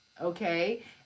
okay